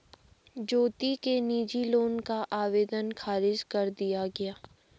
ज्योति के निजी लोन का आवेदन ख़ारिज कर दिया गया